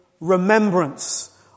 remembrance